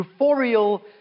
euphorial